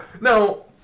no